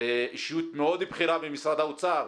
זו אישיות מאוד בכירה במשרד האוצר.